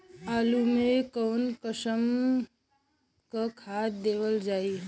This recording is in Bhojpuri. आलू मे कऊन कसमक खाद देवल जाई?